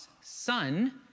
Son